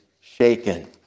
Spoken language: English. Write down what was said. shaken